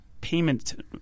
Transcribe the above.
payment